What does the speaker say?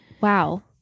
Wow